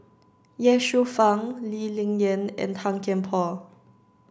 Ye Shufang Lee Ling Yen and Tan Kian Por